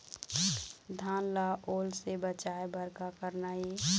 धान ला ओल से बचाए बर का करना ये?